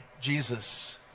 Jesus